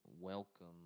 Welcome